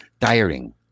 tiring